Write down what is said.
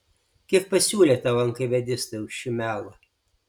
kiek pasiūlė tau enkavėdistai už šį melą